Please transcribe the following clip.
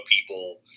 people